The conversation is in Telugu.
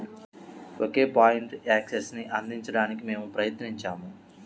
ఒకే పాయింట్ యాక్సెస్ను అందించడానికి మేము ప్రయత్నించాము